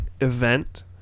event